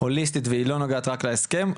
ולא נוגעת רק להסכם.